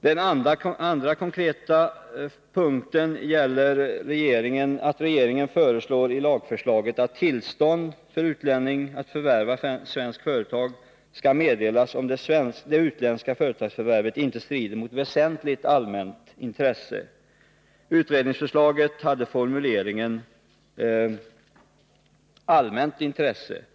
För det andra gäller en konkret skiljelinje regeringens lagförslag om att tillstånd för utlänning att förvärva svenskt företag skall meddelas om förvärvet inte strider ”mot väsentligt allmänt intresse”. I utredningsförslaget hade man formuleringen ”mot allmänt intresse”.